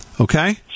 okay